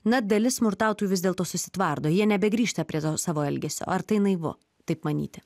na dalis smurtautojų vis dėlto susitvardo jie nebegrįžta prie to savo elgesio ar tai naivu taip manyti